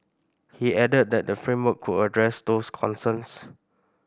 he added that the framework could address those concerns